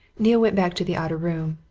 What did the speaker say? neale went back to the outer room.